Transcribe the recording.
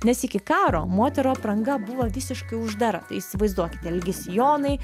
nes iki karo moterų apranga buvo visiškai uždara tai įsivaizduokit ilgi sijonai